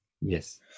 Yes